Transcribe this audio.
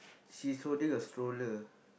she's holding a stroller